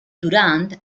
durand